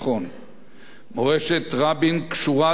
מורשת רבין קשורה למהות הציונות